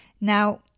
Now